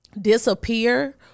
disappear